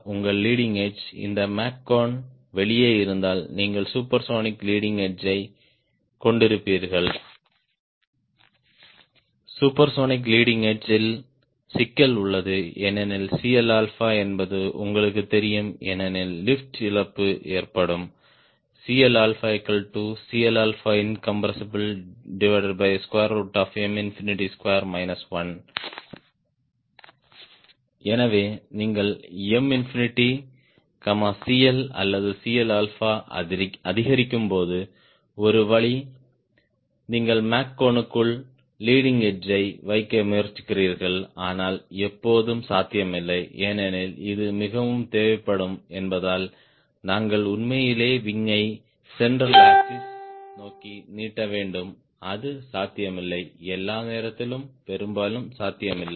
உங்கள் leading edge இந்த Mach cone வெளியே இருந்தால் நீங்கள் சூப்பர்சோனிக் லீடிங் எட்ஜ் யை கொண்டிருப்பீர்கள் சூப்பர்சோனிக் லீடிங் எட்ஜ்ல் சிக்கல் உள்ளது ஏனெனில் CL என்பது உங்களுக்குத் தெரியும் ஏனெனில் லிப்ட் இழப்பு ஏற்படும் CLCLincompM2 1 எனவே நீங்கள் M CL அல்லது CL அதிகரிக்கும் போது ஒரு வழி நீங்கள் மேக் கோண் க்குள் லீடிங் எட்ஜ் யை வைக்க முயற்சிக்கிறீர்கள் ஆனால் எப்போதும் சாத்தியமில்லை ஏனெனில் இது மிகவும் தேவைப்படும் என்பதால் நாங்கள் உண்மையிலேயே விங் யை சென்ட்ரல் அக்ஸிஸ் நோக்கி நீட்ட வேண்டும் அது சாத்தியமில்லை எல்லா நேரத்திலும் பெரும்பாலும் சாத்தியமில்லை